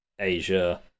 Asia